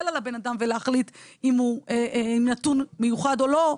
על הבן אדם ולהחליט אם הוא נתון מיוחד או לא,